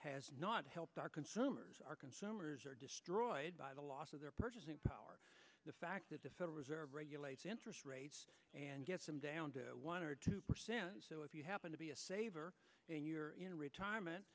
has not helped our consumers our consumers are destroyed by the loss of their purchasing power the fact that the federal reserve regulates interest rates and gets him down to one or two percent so if you happen to be a saver in your retirement